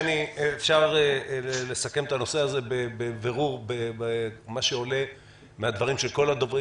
אפשר לסכם את הנושא הזה בבירור במה שעולה מן הדברים של כל הדוברים,